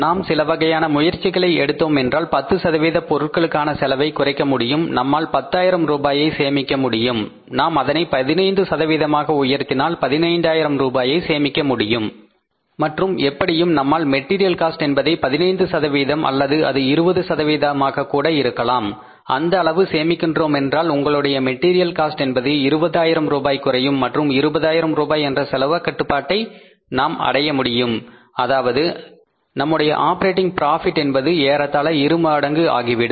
நாம் சில வகையான முயற்சிகளை எடுத்தோமென்றால் 10 சதவீத பொருட்களுக்கான செலவை குறைக்க முடியும் நம்மால் பத்தாயிரம் ரூபாயை சேமிக்க முடியும் நாம் அதனை 15 சதவீதமாக உயர்த்தினாள் 15000 ரூபாயை சேமிக்க முடியும் மற்றும் எப்படியும் நம்மால் மெட்டீரியல் காஸ்ட் என்பதை 15 அல்லது அது 20 ஆக கூட இருக்கலாம் அந்த அளவு சேமிக்கிறோம் என்றால் உங்களுடைய மெட்டீரியல் காஸ்ட் என்பது 20000 ரூபாய் குறையும் மற்றும் 20000 ரூபாய் என்ற செலவு கட்டுப்பாட்டை நாம் அடைய முடியும் அதாவது நம்முடைய ஆப்பரேட்டிங் ப்ராபிட் என்பது ஏறத்தாழ இரு மடங்கு ஆகிவிடும்